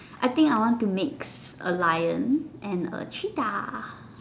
I think I want to mix a lion and a cheetah